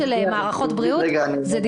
מערכות בריאות.